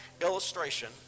illustration